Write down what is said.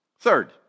Third